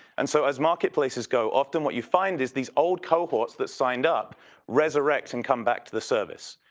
and so as marketplaces go, often what you find is these old cohorts that signed up resurrect and come back to the service.